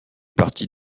partie